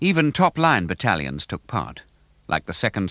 even top line battalions took part like the second